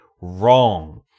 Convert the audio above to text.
Wrong